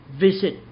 visit